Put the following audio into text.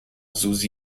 susi